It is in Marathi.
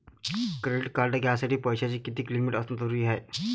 क्रेडिट कार्ड घ्यासाठी पैशाची कितीक लिमिट असनं जरुरीच हाय?